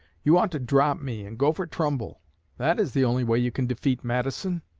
you ought to drop me and go for trumbull that is the only way you can defeat matteson